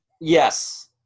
Yes